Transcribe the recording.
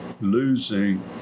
losing